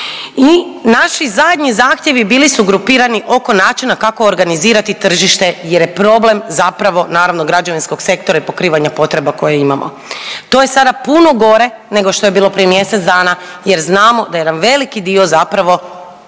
I naši zadnji zahtjevi bili su grupirani oko načina kako organizirati tržište jer je problem zapravo naravno građevinskog sektora i pokrivanja potreba koje imamo. To je sada puno gore nego što je bilo prije mjesec dana jer znamo da jedan veliki dio zapravo